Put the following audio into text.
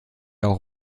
auch